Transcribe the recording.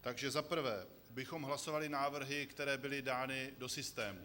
Za prvé bychom hlasovali návrhy, které byly dány do systému.